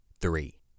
three